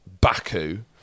Baku